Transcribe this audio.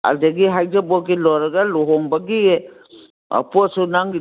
ꯑꯗꯒꯤ ꯍꯩꯖꯤꯡꯄꯣꯠꯀꯤ ꯂꯣꯏꯔꯒ ꯂꯨꯍꯣꯡꯕꯒꯤ ꯄꯣꯠꯁꯨ ꯅꯪꯒꯤ